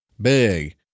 big